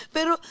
Pero